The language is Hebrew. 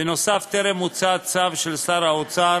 בנוסף, טרם הוצא צו של שר האוצר